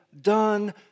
done